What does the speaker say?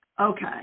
okay